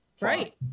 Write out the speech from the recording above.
Right